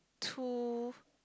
too